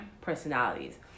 personalities